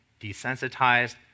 desensitized